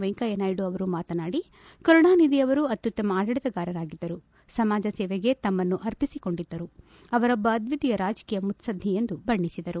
ವೆಂಕಯ್ಯನಾಯ್ಡು ಅವರು ಮಾತನಾಡಿ ಕರುಣಾನಿಧಿ ಅವರು ಅತ್ಯುತ್ತಮ ಆಡಳಿತಗಾರರಾಗಿದ್ದರು ಸಮಾಜಸೇವೆಗೆ ತಮ್ಮನ್ನು ಅರ್ಪಿಸಿಕೊಂಡಿದ್ದರು ಅವರೊಬ್ಬ ಅದ್ವಿತೀಯ ರಾಜಕೀಯ ಮುತ್ಲದ್ಧಿ ಎಂದು ಬಣ್ಣಿಸಿದರು